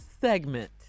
Segment